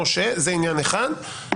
זה עניין אחד.